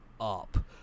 up